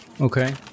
Okay